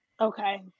Okay